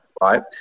right